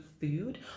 food